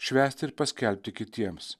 švęsti ir paskelbti kitiems